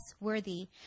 worthy